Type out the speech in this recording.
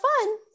fun